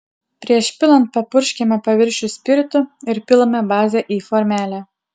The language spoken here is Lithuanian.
prieš pilant papurškiame paviršių spiritu ir pilame bazę į formelę